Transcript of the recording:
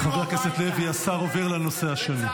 חבר הכנסת לוי, השר עובר לנושא השני.